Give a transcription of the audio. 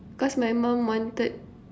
because my mom wanted